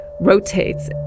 rotates